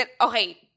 Okay